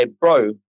bro